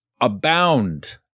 abound